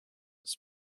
was